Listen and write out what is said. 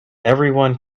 everyone